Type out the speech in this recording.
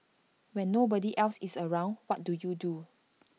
when nobody else is around what do you do